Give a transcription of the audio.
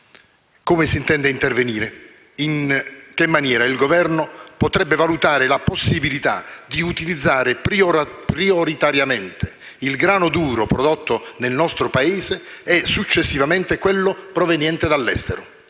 Come si intende intervenire? In che maniera il Governo potrebbe valutare la possibilità di utilizzare prioritariamente il grano duro prodotto nel nostro Paese e, successivamente, quello proveniente dall'estero.